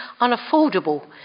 unaffordable